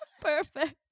perfect